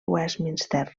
westminster